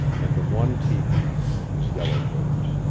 and the one tepee was yellow bird's.